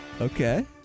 okay